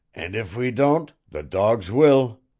and if we don't the dogs will.